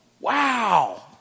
Wow